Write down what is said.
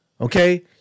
Okay